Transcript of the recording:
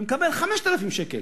מקבל 5,000 שקל,